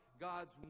God's